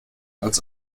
als